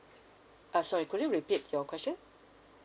uh sorry could you repeat your question